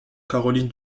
caroline